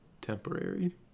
temporary